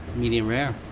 medium rare.